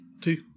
two